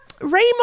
Raymond